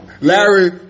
Larry